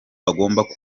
bagomba